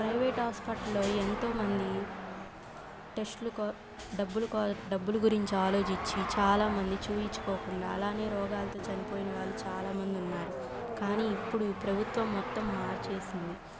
private హాస్పిటల్లో ఎంతోమంది టెస్టులుకో డబ్బులు కో డబ్బులు గురించి ఆలోచిచ్చి చాలామంది చూయిచ్చుకోకుండా అలానే రోగాలతో చనిపోయిన వాళ్ళు చాలామంది ఉన్నారు కానీ ఇప్పుడు ప్రభుత్వం మొత్తం మార్చేసింది